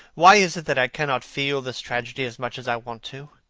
why is it that i cannot feel this tragedy as much as i want to?